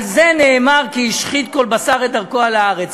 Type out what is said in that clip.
על זה נאמר "כי השחית כל בשר את דרכו על הארץ".